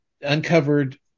uncovered